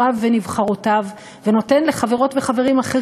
ונזכיר שראש הממשלה נתניהו הבטיח לטפל במחירי הדיור עוד